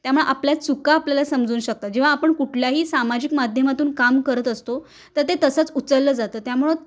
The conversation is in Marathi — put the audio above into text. त्यामुळं आपल्या चुका आपल्याला समजू शकतात जेव्हा आपण कुठल्याही सामाजिक माध्यमातून काम करत असतो तर ते तसंच उचललं जातं त्यामुळं